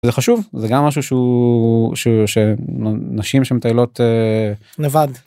זה חשוב זה גם משהו שהוא... נשים שמטיילות. נבד.